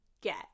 get